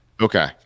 Okay